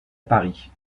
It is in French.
paris